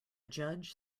judge